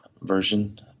version